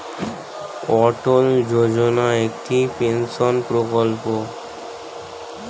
অটল যোজনা একটি পেনশন প্রকল্প সরকারি ভাবে দেওয়া হয়